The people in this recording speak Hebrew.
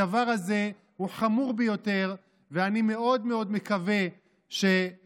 הדבר הזה הוא חמור ביותר ואני מאוד מאוד מקווה שמישהו